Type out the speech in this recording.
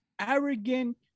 arrogant